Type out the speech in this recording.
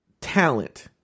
talent